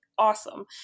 awesome